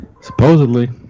Supposedly